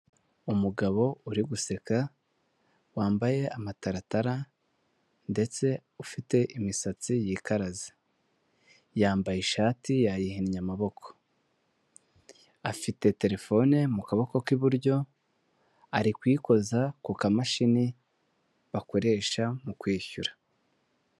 Umugabo uri guseka wambaye amataratara, ndetse ufite imisatsi yikaraze, yambaye ishati yayihinnye amaboko afite telefone mu kuboko kw'iburyo, ari kuyikoza ku kamashini bakoresha mu kwishyura.